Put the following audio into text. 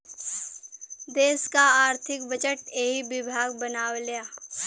देस क आर्थिक बजट एही विभाग बनावेला